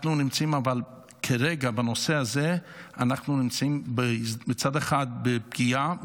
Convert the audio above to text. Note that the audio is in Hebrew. אבל כרגע בנושא הזה אנחנו נמצאים מצד אחד בפגיעה,